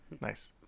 Nice